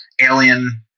Alien